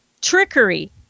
trickery